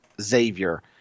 Xavier